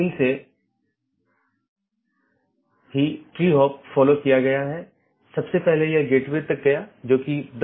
एक अन्य अवधारणा है जिसे BGP कंफेडेरशन कहा जाता है